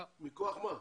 מכוח מה?